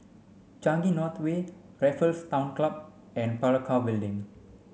Changi North Way Raffles Town Club and Parakou Building